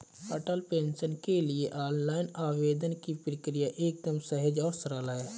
अटल pension के लिए online आवेदन की प्रक्रिया एकदम सहज और सरल है